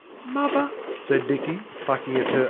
mother said dicky, plucking at